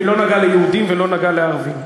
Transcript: והיא לא נגעה ליהודים ולא נגעה לערבים.